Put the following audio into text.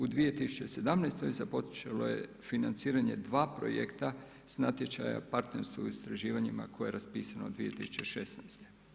U 2017. započelo je financiranje 2 projekta sa natječaja partnerstvo u istraživanjima koje je raspisano 2016.